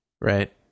right